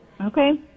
Okay